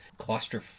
claustrophobic